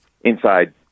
Inside